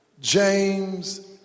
James